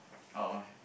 oh